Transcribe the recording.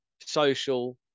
social